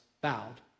bowed